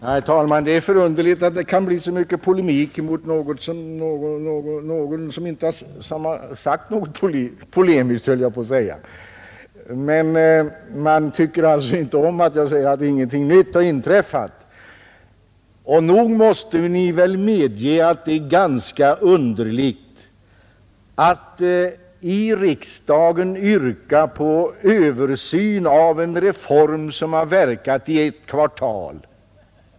Herr talman! Det är förunderligt att det kan bli så mycket polemik mot en som inte har sagt något polemiskt, höll jag på att säga. Man tycker inte om att jag säger att ingenting nytt har inträffat, men nog måste ni ändå medge att det är ganska underligt att i riksdagen yrka på översyn av en reform som verkat i ett kvartal.